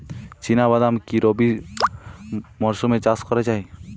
চিনা বাদাম কি রবি মরশুমে চাষ করা যায়?